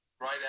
right